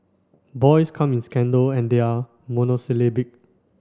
boys come in scandal and they are monosyllabic